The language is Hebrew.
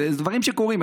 זה דברים שקורים,